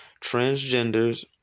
transgenders